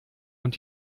und